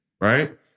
right